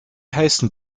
heißen